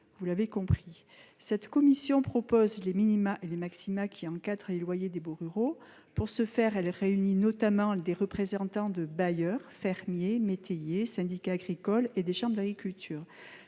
souhaitable. Cette commission propose les minima et les maximaqui encadrent les loyers des baux ruraux. Pour ce faire, elle réunit notamment des représentants des bailleurs, des fermiers et des métayers, des syndicats agricoles et des chambres d'agriculture.